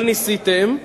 אבל ניסיתם.